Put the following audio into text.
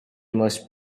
must